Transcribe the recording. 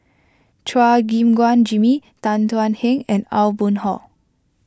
Chua Gim Guan Jimmy Tan Thuan Heng and Aw Boon Haw